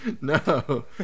no